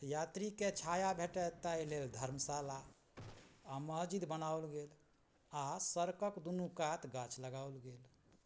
यात्रीके छाया भेटय ताहि लेल धर्मशाला आओर मस्जिद बनाओल गेल आओर सड़कक दुनू कात गाछ लगाओल गेल